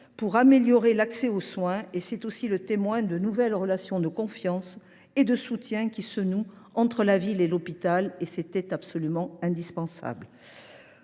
pour améliorer l’accès aux soins, qui témoigne des nouvelles relations de confiance et de soutien qui se nouent entre la ville et l’hôpital, ce qui était absolument indispensable.